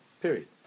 Period